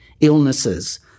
illnesses